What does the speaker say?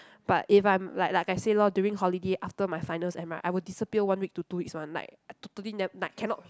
but if I'm like like I said lor during holiday after my finals and I I will disappear one week to two weeks one like I totally ne~ like cannot